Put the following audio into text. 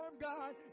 God